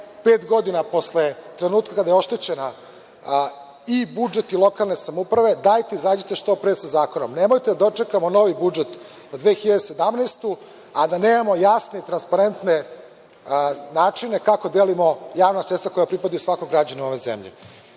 pet godina posle trenutka kada je oštećen budžet i lokalna samouprava. Dajte, izađite što pre sa zakonom. Nemojte da dočekamo novi budžet za 2017. godinu, a da nemamo jasne i transparentne načine kako delimo javna sredstva koja pripadaju svakom građaninu ove zemlje. Još